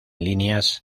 líneas